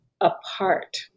apart